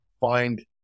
find